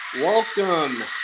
Welcome